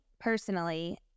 personally